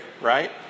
Right